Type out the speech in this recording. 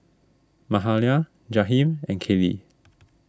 Mahalia Jaheim and Kaley